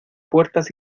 puertas